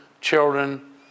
children